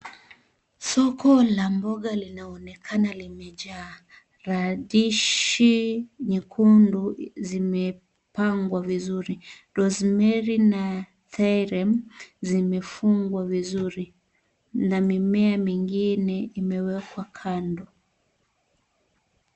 Soko la mboga linaonekana limejaa. Radishi nyekundu zimepangwa vizuri. Rosemary na Thyme zimefungwa vizuri. Na mimea mingine imewekwa kando.